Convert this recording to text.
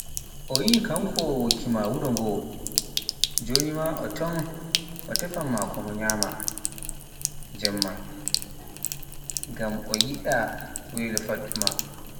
O wiyi kanko wokki maa wuro ngo, joni maa mo to o tefenma ko nyamta jemma, ngam o yiɗa welo faɗɗu maa.